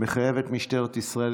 מחייב את משטרת ישראל,